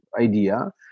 idea